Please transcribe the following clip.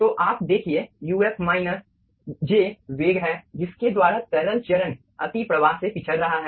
तो आप देखिये uf माइनस j वेग है जिसके द्वारा तरल चरण अतिप्रवाह से पिछड़ रहा है